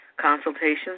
consultations